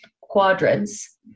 quadrants